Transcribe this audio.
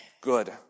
good